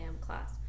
class